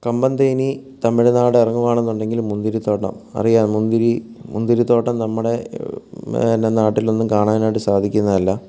കമ്പം തേനി തമിഴ്നാട് ഇറങ്ങുകയാണെന്നുണ്ടെങ്കിൽ മുന്തിരിത്തോട്ടം അറിയാം മുന്തിരി മുന്തിരി തോട്ടം നമ്മുടെ പിന്നെ നാട്ടിലൊന്നും കാണാനായിട്ട് സാധിക്കുന്നതല്ല